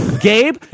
Gabe